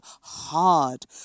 hard